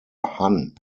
han